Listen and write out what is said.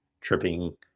tripping